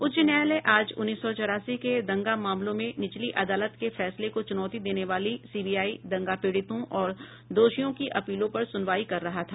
उच्च न्यायालय आज उन्नीस सौ चौरासी के दंगा मामलों में निचली अदालत के फैसले को चुनौती देने वाली सीबीआई दंगा पीड़ितों और दोषियों की अपीलों पर सुनवाई कर रहा था